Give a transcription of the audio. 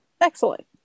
excellent